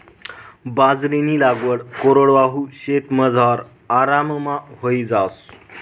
बाजरीनी लागवड कोरडवाहू शेतमझार आराममा व्हयी जास